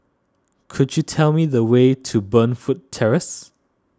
could you tell me the way to Burnfoot Terrace